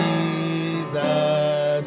Jesus